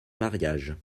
mariages